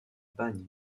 bagne